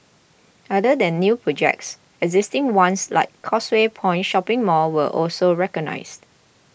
other than new projects existing ones like Causeway Point shopping mall were also recognised